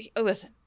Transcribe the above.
Listen